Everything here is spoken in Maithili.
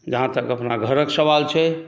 जहाँ तक अपना घरके सवाल छै